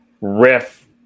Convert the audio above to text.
riff